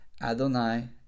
Adonai